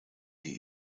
die